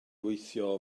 gweithio